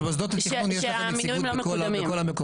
במוסדות התכנון יש לכם נציגות בכל המקומות.